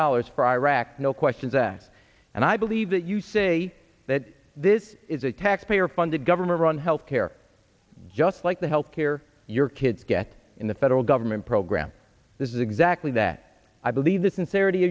dollars for iraq no questions asked and i believe that you say that this is a tax payer funded government run healthcare just like the health care your kids get in the federal government program this is exactly that i believe the sincerity